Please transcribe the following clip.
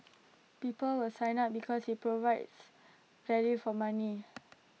people will sign up because IT provides value for money